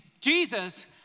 Jesus